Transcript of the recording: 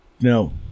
No